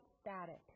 static